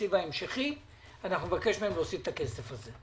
בתקציב ההמשכי להוסיף את הכסף הזה.